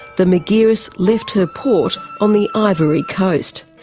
the margiris left her port on the ivory coast.